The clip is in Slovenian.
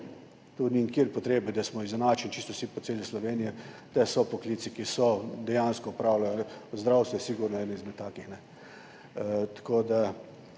Tu ni nikjer potrebe, da smo izenačeni čisto vsi po celi Sloveniji. Tu so poklici, ki dejansko opravljajo, zdravstvo je sigurno eden izmed takih.